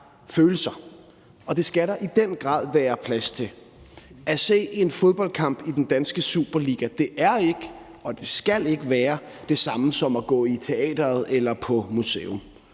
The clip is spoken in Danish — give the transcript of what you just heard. følelser, og det skal der i den grad være plads til. At se en fodboldkamp i den danske superliga er ikke og det skal ikke være det samme som at gå i teatret eller på et